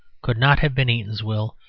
could not have been eatanswill,